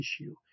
issue